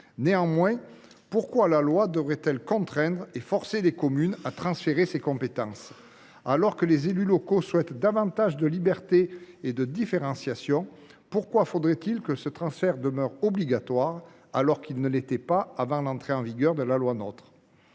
2026. Pourquoi la loi devrait elle contraindre et forcer les communes à transférer leurs compétences ? Alors que les élus locaux souhaitent davantage de liberté et de différenciation, pourquoi ce transfert devrait il demeurer obligatoire, alors qu’il ne l’était pas avant l’entrée en vigueur de la loi NOTRe ?